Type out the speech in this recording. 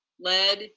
lead